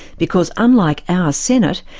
because unlike our senate,